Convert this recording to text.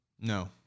No